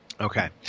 Okay